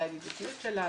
על הידידותיות שלה,